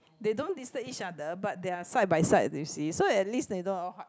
they don't disturb each other but they are side by side you see so at least they know